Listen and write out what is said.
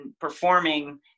performing